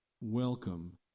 welcome